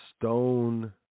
stone